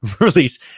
release